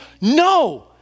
No